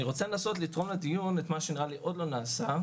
אני רוצה לנות לתרום לדיון את שעוד לא נעשה.